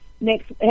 next